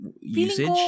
usage